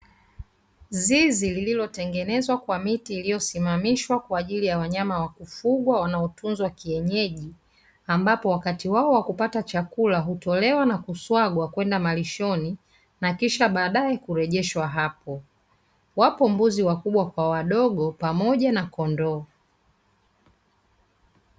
Zizi lililotengenezwa kwa miti iliyosimamishwa kwa ajili ya wanyama wa kufugwa wanaotunzwa kienyeji, ambapo wakati wao wa kupata chakula hutolewa na kusagwa kwenda malishoni, na kisha baadaye kurejeshwa hapo. Wapo mbuzi wakubwa kwa wadogo pamoja na kondoo.